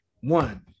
one